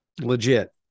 legit